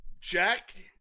Jack